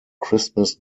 christmas